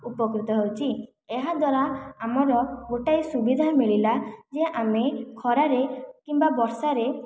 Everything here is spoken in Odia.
ଉପକୃତ ହେଉଛି ଏହା ଦ୍ୱାରା ଆମର ଗୋଟିଏ ସୁବିଧା ମିଳିଲା ଯେ ଆମେ ଖରାରେ କିମ୍ବା ବର୍ଷାରେ